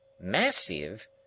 Massive